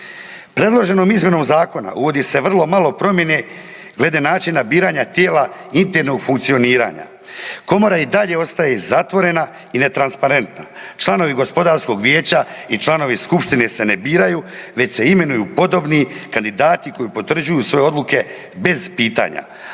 Predloženom izmjenom Zakona uvodi se vrlo malo promjene glede načina biranja tijela internog funkcioniranja. Komora i dalje ostaje zatvorena i netransparentna. Članovi Gospodarskog vijeća i članovi Skupštine se ne biraju, već se imenuju podobni kandidati koji potvrđuju svoje odluke bez pitanja.